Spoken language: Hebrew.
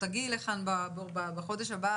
שתגיעי לכאן בחודש הבא